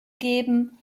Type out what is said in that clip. geben